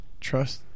trust